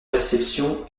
réception